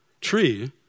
tree